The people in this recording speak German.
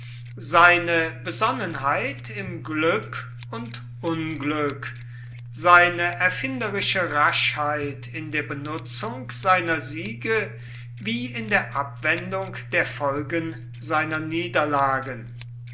seine besonnenheit im glück und unglück seine erfinderische raschheit in der benutzung seiner siege wie in der abwendung der folgen seiner niederlagen